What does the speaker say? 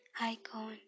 Icon